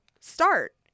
start